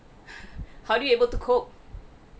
how do you able to cope